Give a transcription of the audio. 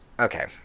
Okay